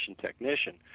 technician